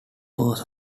was